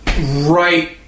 right